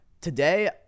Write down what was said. today